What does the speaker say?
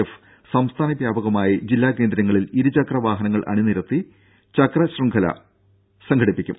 F സംസ്ഥാന വ്യാപകമായി ജില്ലാ കേന്ദ്രങ്ങളിൽ ഇരുചക്ര വാഹനങ്ങൾ അണിനിരത്തി ചക്രശൃംഖല സംഘടിപ്പിക്കും